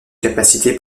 capacité